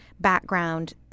background